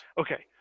Okay